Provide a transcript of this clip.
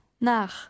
nach